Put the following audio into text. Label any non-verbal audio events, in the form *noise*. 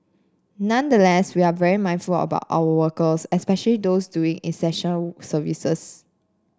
*unintelligible* we are very mindful about our workers especial those doing essential services